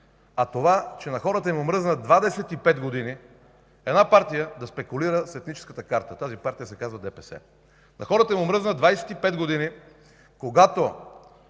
а това, че на хората им омръзна 25 години една партия да спекулира с етническата карта. Тази партия се казва ДПС. На хората им омръзна 25 години, когато